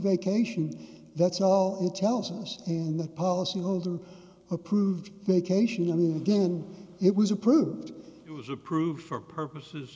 vacation that's all it tells us and the policy holder approved vacation in the again it was approved it was approved for purposes